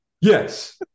Yes